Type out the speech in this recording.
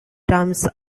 times